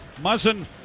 Muzzin